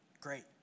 Great